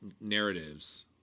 narratives